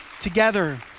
Together